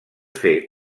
fer